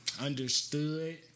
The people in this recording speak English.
Understood